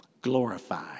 Glorify